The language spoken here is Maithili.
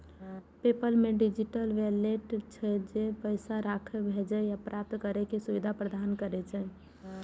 पेपल मे डिजिटल वैलेट छै, जे पैसा राखै, भेजै आ प्राप्त करै के सुविधा प्रदान करै छै